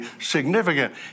significant